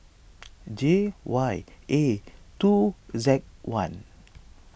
J Y A two Z one